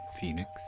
Phoenix